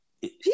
People